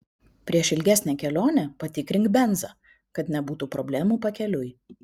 prieš ilgesnę kelionę patikrink benzą kad nebūtų problemų pakeliui